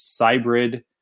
Cybrid